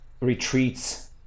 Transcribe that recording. retreats